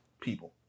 people